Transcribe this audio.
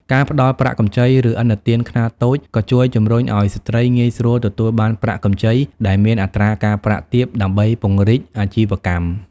ការផ្តល់ប្រាក់កម្ចី ឬឥណទានខ្នាតតូច ក៏ជួយជំរុញឲ្យស្ត្រីងាយស្រួលទទួលបានប្រាក់កម្ចីដែលមានអត្រាការប្រាក់ទាប ដើម្បីពង្រីកអាជីវកម្ម។